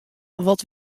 wat